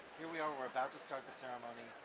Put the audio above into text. we are about to start the ceremony,